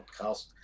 podcast